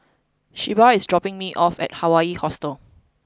Shelba is dropping me off at Hawaii Hostel